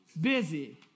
busy